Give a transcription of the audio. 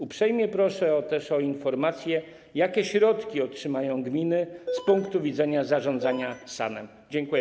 Uprzejmie proszę też o informację, jakie środki otrzymają gminy z punktu widzenia zarządzania SAN-em.